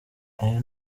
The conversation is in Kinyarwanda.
aya